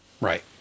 right